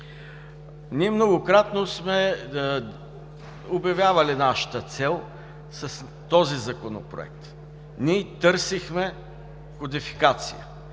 Ние многократно сме обявявали нашата цел с този Законопроект. Ние търсихме кодификация,